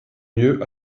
mieux